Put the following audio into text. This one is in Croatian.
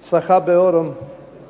sa HBOR-om